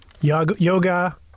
Yoga